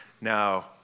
now